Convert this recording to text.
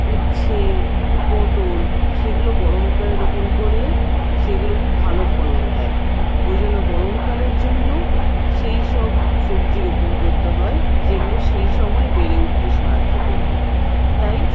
উচ্ছে পটল সেগুলো গরমকালে রোপণ করলে সেইগুলো খুব ভালো ফলন দেয় ওইজন্য গরমকালের জন্য সেইসব সবজি রোপণ করতে হয় যেইগুলো সেই সময় বেড়ে উঠতে সাহায্য করবে তাই